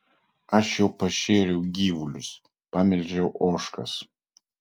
aš jau pašėriau gyvulius pamelžiau ožkas